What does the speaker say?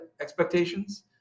expectations